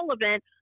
relevant